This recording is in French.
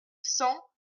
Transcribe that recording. cent